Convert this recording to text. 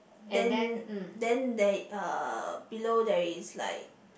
then then they uh below there is like